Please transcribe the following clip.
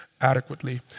adequately